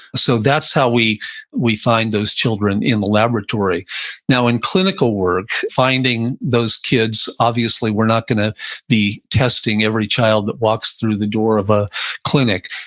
so that's how we we find those children in the laboratory now, in clinical work, finding those kids, obviously, we're not going to be testing every child that walks through the door of a clinic.